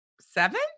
seven